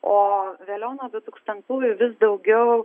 o vėliau nuo du tūkstantųjų vis daugiau